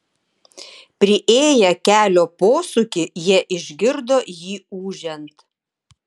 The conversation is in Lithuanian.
priėję kelio posūkį jie išgirdo jį ūžiant